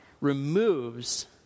removes